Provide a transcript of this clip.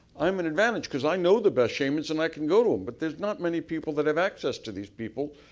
i'm an advantage, because i know the best shamans and i can go to them. but there's not many people that have access to these people.